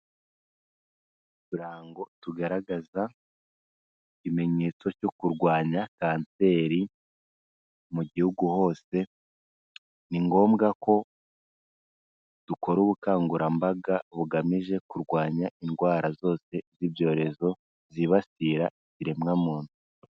Uturango tugaragaza ikimenyetso cyo kurwanya kanseri mu gihugu hose, ni ngombwa ko dukora ubukangurambaga bugamije kurwanya indwara zose z'ibyorezo zibasirara ikiremwa muntu.